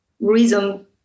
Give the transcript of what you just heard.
reason